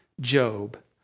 Job